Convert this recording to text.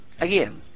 Again